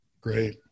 Great